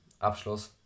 abschluss